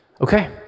Okay